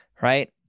Right